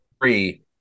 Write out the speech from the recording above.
three